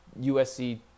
USC